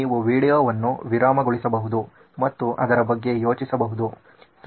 ನೀವು ವೀಡಿಯೊವನ್ನು ವಿರಾಮಗೊಳಿಸಬಹುದು ಮತ್ತು ಅದರ ಬಗ್ಗೆ ಯೋಚಿಸಬಹುದು